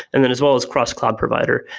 and then as well as cross cloud provider.